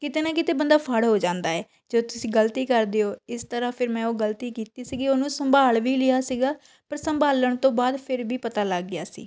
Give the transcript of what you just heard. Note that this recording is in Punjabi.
ਕਿਤੇ ਨਾ ਕਿਤੇ ਬੰਦਾ ਫੜ੍ਹ ਹੋ ਜਾਂਦਾ ਹੈ ਜਦੋਂ ਤੁਸੀਂ ਗ਼ਲਤੀ ਕਰਦੇ ਹੋ ਇਸ ਤਰ੍ਹਾਂ ਫਿਰ ਮੈਂ ਉਹ ਗ਼ਲਤੀ ਕੀਤੀ ਸੀਗੀ ਉਹਨੂੰ ਸੰਭਾਲ ਵੀ ਲਿਆ ਸੀਗਾ ਪਰ ਸੰਭਾਲਣ ਤੋਂ ਬਾਅਦ ਫਿਰ ਵੀ ਪਤਾ ਲੱਗ ਗਿਆ ਸੀ